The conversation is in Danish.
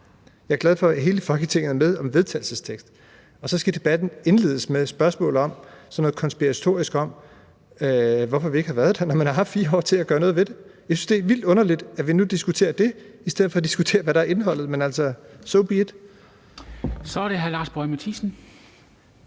jeg er glad for, at hele Folketinget er med i et forslag til vedtagelse – og så skal debatten indledes med et konspiratorisk spørgsmål om, hvorfor vi ikke har været der, når man selv har haft 4 år til at gøre noget ved det. Jeg syntes, det er vildt underligt, at vi nu diskuterer det i stedet for at diskutere indholdet. Men so be it. Kl. 10:33 Formanden